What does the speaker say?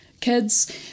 kids